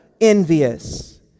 envious